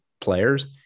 players